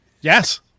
Yes